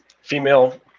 female